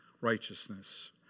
righteousness